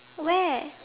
where